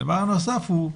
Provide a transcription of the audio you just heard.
הדבר הנוסף הוא,